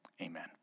amen